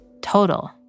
total